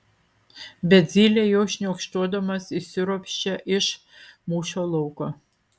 bet zylė jau šniokštuodamas išsiropščia iš mūšio lauko